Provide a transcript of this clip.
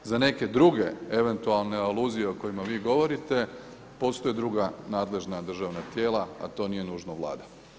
Za neke druge eventualne aluzije o kojima vi govorite postoje druga nadležna državna tijela, a to nije nužno Vlada.